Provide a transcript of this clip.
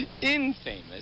Infamous